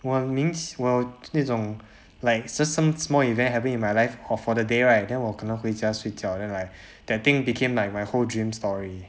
我很明我有那种 like just some small events having in my life of 我的 day right then 我可能回家睡觉 then like that thing become like my whole dream story